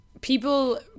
People